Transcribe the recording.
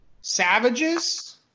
Savages